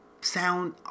sound